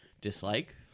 dislike